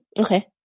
Okay